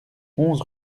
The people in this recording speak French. onze